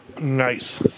Nice